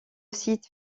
site